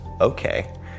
okay